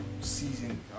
season